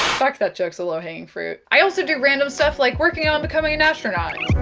fuck, that joke's a low-hanging fruit. i also do random stuff like working on becoming an astronaut. has